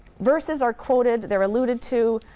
verses are quoted, they're alluded to,